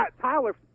Tyler